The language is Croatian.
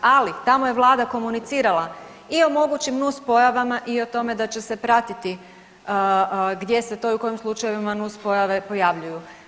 Ali tamo je Vlada komunicirala i o mogućim nuspojavama i o tome da će se pratiti gdje se to i u kojim slučajevima nuspojave pojavljuju.